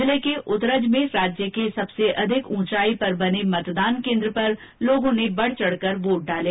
जिले के उतरज में राज्य के सर्वाधिक ऊंचाई पर बने मतदान केन्द्र पर लोगों ने बढ चढकर मतदान किया